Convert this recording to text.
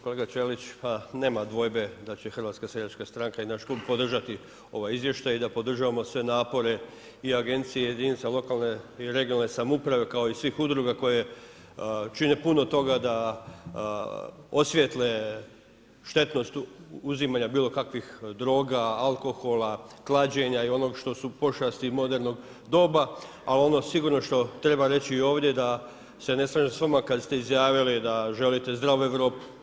Kolega Ćelić, nema dvojbe da će HSS i naš klub podržati ovaj izvještaj i da podržavamo sve napore i agencije, jedinice lokalne i regionalne samouprave kao i svih udruga koje čine puno toga da osvijetle štetnost utjecaja bilokakvih droga, alkohola, klađenja i onog što su pošasti modernog doba a ono sigurno što treba reći i ovdje da se ne slažem s vama kad ste izjavili da želite zdravu Europu.